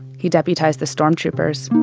he deputized the storm troopers.